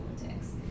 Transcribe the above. politics